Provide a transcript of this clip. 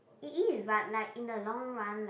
it is but in the long run like